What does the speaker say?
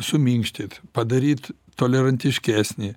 suminkštyt padaryt tolerantiškesnį